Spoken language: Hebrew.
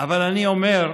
אבל אני אומר,